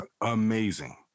amazing